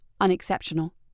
unexceptional